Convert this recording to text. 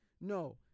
No